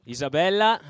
Isabella